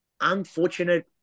Unfortunate